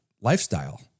lifestyle